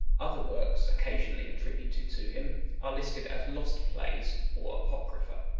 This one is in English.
other works occasionally attributed to him are listed as lost plays or apocrypha.